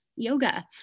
Yoga